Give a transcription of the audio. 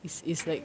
is is like